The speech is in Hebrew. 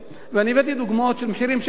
ואני הבאתי דוגמאות של מחירים שהם בלתי